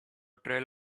trail